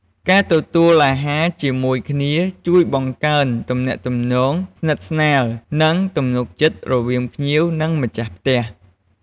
ការទទួលអាហារជាមួយគ្នាជួយបង្កើនទំនាក់ទំនងស្និតស្នាល និងទំនុកចិត្តរវាងភ្ញៀវ និង ម្ចាស់ផ្ទះ។